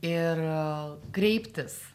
ir kreiptis